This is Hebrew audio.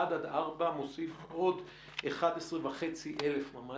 אחד עד ארבעה קילומטר מוסיף עוד 11,500 ממ"דים.